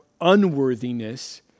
unworthiness